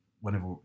whenever